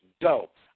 dope